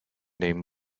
name